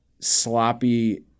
sloppy